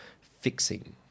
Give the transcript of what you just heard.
fixing